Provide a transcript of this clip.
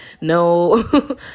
no